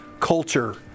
culture